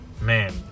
Man